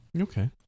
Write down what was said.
Okay